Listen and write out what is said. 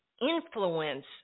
influence